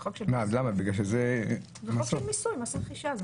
זה חוק של מיסוי, מס רכישה.